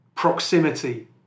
Proximity